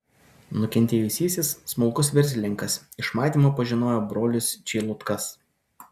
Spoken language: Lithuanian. nukentėjusysis smulkus verslininkas iš matymo pažinojo brolius čeilutkas